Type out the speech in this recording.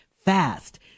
fast